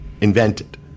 invented